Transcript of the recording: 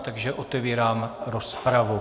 Takže otevírám rozpravu.